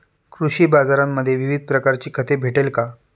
कृषी बाजारांमध्ये विविध प्रकारची खते भेटेल का?